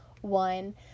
one